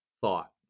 thought